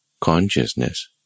consciousness